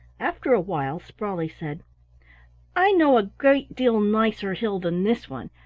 after a while sprawley said i know a great deal nicer hill than this one.